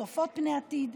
צופות פני עתיד,